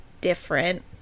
different